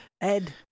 Ed